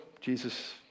Jesus